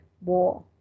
war